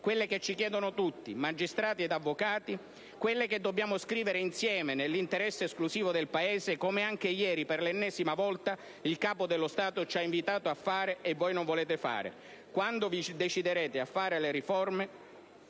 quelle che ci chiedono tutti (magistrati ed avvocati), quelle che dobbiamo scrivere insieme nell'interesse esclusivo del Paese, come anche ieri per l'ennesima volta il Capo dello Stato ci ha invitato a fare e voi non volete fare. Quando vi deciderete a fare le riforme